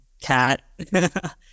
cat